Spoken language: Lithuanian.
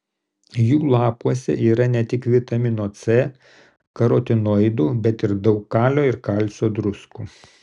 jų lapuose yra ne tik vitamino c karotinoidų bet ir daug kalio ir kalcio druskų